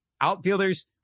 Outfielders